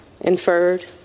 Inferred